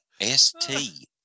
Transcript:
S-T